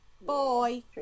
Boy